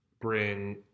bring